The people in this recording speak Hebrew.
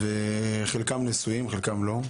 חלקם נשואים וחלקם לא.